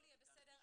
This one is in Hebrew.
חיה כזאת.